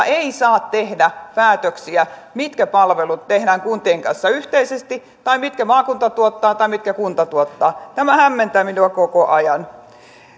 ei saa tehdä päätöksiä siitä mitkä palvelut tehdään kuntien kanssa yhteisesti tai mitkä maakunta tuottaa tai mitkä kunta tuottaa tämä hämmentää minua koko ajan